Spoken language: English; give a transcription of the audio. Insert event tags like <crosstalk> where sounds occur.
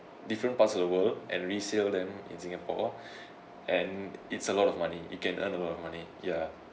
different parts of the world and resale them in singapore <breath> and it's a lot of money it can earn a lot of money ya